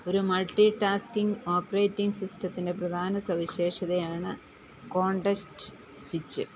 ഒരു multitasking operating സിസ്റ്റത്തിന്റെ പ്രധാന സവിശേഷതയാണ് കോൺടെസ്റ്റ് സ്വിച്ച്